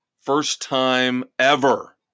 first-time-ever